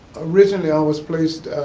originally i was placed